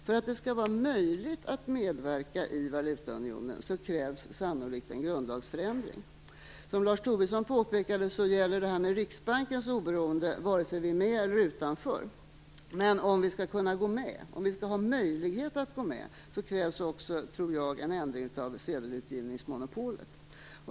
För att det skall vara möjligt att medverka i valutaunionen krävs sannolikt en grundlagsändring. Som Lars Tobisson påpekade gäller Riksbankens oberoende vare sig vi är med eller utanför, men jag tror också att det om vi skall ha möjlighet att gå med krävs en ändring av sedelutgivningsmonopolet.